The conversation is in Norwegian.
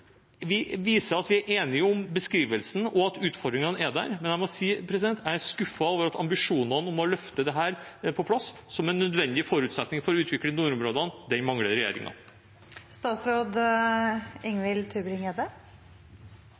viser at vi er enige om beskrivelsen, og at utfordringene er der. Men jeg må si jeg er skuffet over at ambisjonene om å løfte dette på plass, som en nødvendig forutsetning for å utvikle nordområdene, mangler